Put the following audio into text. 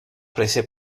prese